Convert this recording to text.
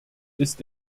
ist